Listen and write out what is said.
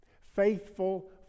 faithful